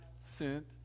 sent